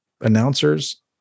announcers